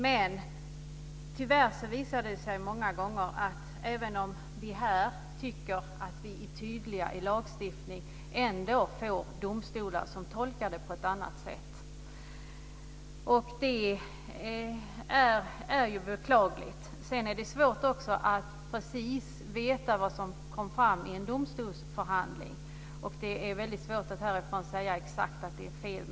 Men tyvärr visar det sig många gånger att även om vi här tycker att vi är tydliga i lagstiftningen finns det ändå domstolar som tolkar den på annat sätt. Det är beklagligt. Sedan är det svårt att veta precis vad som kommit fram i en domstolsförhandling. Det är väldigt svårt att härifrån säkert säga att det är fel.